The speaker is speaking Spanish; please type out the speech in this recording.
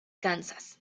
kansas